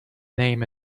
name